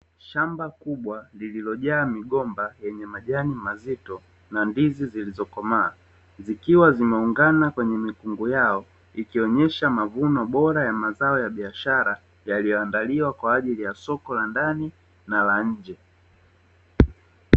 Shamba kubwa lililojaa migomba yenye majani mazito na ndizi zilizokomaa, zikiwa zimeungana kwenye mikungu yao ikionyesha mavuno bora ya mazao ya biashara yaliyoandaliwa kwaajili ya soko la ndani na la nje.